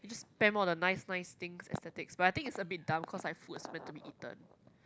spam all the nice nice thing aesthetics but I think it's a bit dumb cause like food is meant to be eaten